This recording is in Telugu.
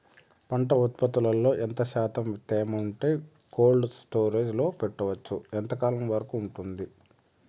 పంట ఉత్పత్తులలో ఎంత శాతం తేమ ఉంటే కోల్డ్ స్టోరేజ్ లో పెట్టొచ్చు? ఎంతకాలం వరకు ఉంటుంది